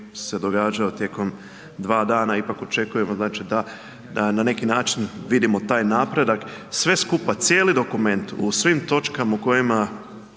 se događao tijekom 2 dana ipak očekujemo znači da, da na neki način vidimo taj napredak. Sve skupa, cijeli dokument u svim točkama u kojima